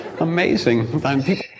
Amazing